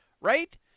right